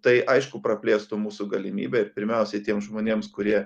tai aišku praplėstų mūsų galimybę ir pirmiausiai tiems žmonėms kurie